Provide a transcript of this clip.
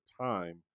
time